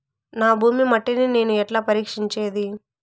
నా భూమి మట్టిని నేను ఎట్లా పరీక్షించేది?